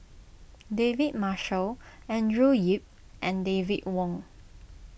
David Marshall Andrew Yip and David Wong